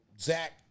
Zach